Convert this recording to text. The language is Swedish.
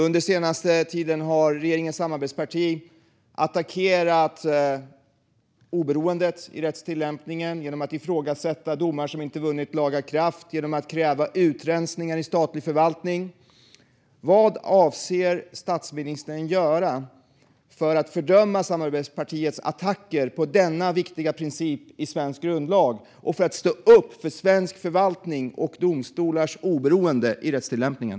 Under den senaste tiden har regeringens samarbetsparti attackerat oberoendet i rättstillämpningen genom att ifrågasätta domar som inte vunnit laga kraft och krävt utrensningar i statlig förvaltning. Vad avser statsministern att göra för att fördöma samarbetspartiets attacker på dessa viktiga principer i svensk grundlag och för att stå upp för svensk förvaltning och domstolars oberoende i rättstillämpningen?